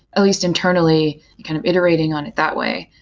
at least interna lly kind of iterating on it that way.